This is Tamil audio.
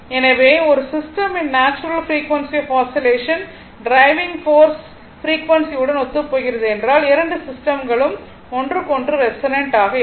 எனவே ஒரு சிஸ்டமின் natural frequency of oscillation driving force frequency உடன் ஒத்துப்போகிறது என்றால் 2 சிஸ்டம்களும் ஒன்றுக்கொன்று ரெசோனன்ட் ஆக இருக்கும்